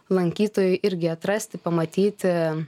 lankytojui irgi atrasti pamatyti